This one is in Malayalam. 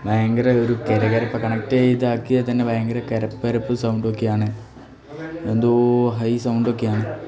ഭയങ്കര ഒരു കരകരപ്പാണ് കണക്ട് ചെയ്താക്കിയാൽ തന്നെ ഭയങ്കര കരകരപ്പ് സൗണ്ടൊക്കെയാണ് എന്തോ ഹൈ സൗണ്ടൊക്കെയാണ്